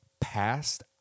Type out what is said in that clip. passed